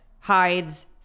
hides